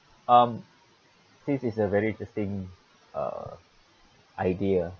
um this is a very interesting uh idea